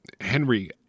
Henry